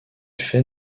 fait